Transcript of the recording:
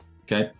Okay